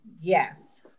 Yes